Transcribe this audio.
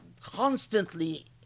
constantly